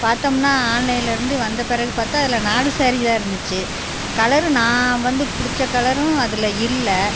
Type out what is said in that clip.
பார்த்தோம்னா ஆன்லைனில் இருந்து வந்த பிறகு பார்த்தா அதில் நாலு ஸேரீ தான் இருந்துச்சு கலரும் நான் வந்து பிடிச்ச கலரும் அதில் இல்லை